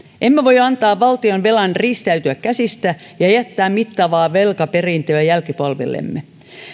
emme voi antaa valtionvelan riistäytyä käsistä ja jättää mittavaa velkaperintöä jälkipolvillemme